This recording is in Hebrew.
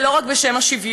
זה לא רק בשם השוויון,